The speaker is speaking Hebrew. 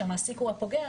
שהמעסיק הוא הפוגע,